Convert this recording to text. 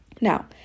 Now